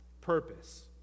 purpose